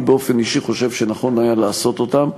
באופן אישי חושב שנכון היה לעשות אותם,